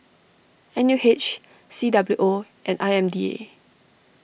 N U H C W O and I M D A